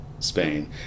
Spain